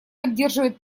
поддерживает